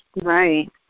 Right